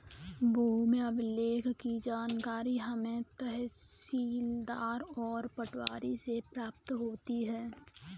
भूमि अभिलेख की जानकारी हमें तहसीलदार और पटवारी से प्राप्त होती है